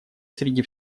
среди